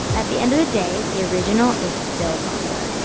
at the end of the day, the original is still popular.